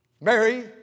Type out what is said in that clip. Mary